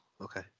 Okay